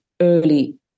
early